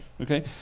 Okay